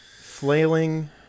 flailing